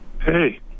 Hey